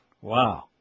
Wow